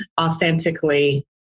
authentically